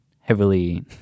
heavily